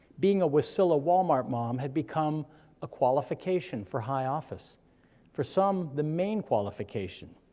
being a wasilla walmart mom had become a qualification for high office for some, the main qualification.